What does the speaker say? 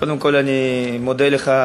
קודם כול אני מודה לך,